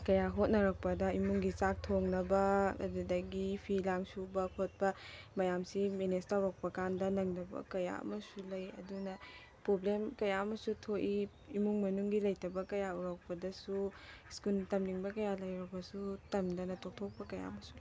ꯀꯌꯥ ꯍꯣꯠꯅꯔꯛꯄꯗ ꯏꯃꯨꯡꯒꯤ ꯆꯥꯛ ꯊꯣꯡꯅꯕ ꯑꯗꯨꯗꯒꯤ ꯐꯤ ꯂꯥꯡ ꯁꯨꯕ ꯈꯣꯠꯄ ꯃꯌꯥꯝꯁꯤ ꯃꯦꯅꯦꯁ ꯇꯧꯔꯛꯄ ꯀꯥꯟꯗ ꯅꯪꯗꯕ ꯀꯌꯥ ꯑꯃꯁꯨ ꯂꯩ ꯑꯗꯨꯅ ꯄꯣꯕ꯭ꯂꯦꯝ ꯀꯌꯥ ꯑꯃꯁꯨ ꯊꯣꯛꯏ ꯏꯃꯨꯡ ꯃꯅꯨꯡꯒꯤ ꯂꯩꯇꯕ ꯀꯌꯥ ꯎꯔꯛꯄꯗꯁꯨ ꯁ꯭ꯀꯨꯟ ꯇꯝꯅꯤꯡꯕ ꯀꯌꯥ ꯂꯩꯔꯕꯁꯨ ꯇꯟꯗꯅ ꯈꯣꯛꯊꯣꯛꯄ ꯀꯌꯥ ꯑꯃꯁꯨ ꯂꯩ